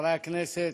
חברי הכנסת,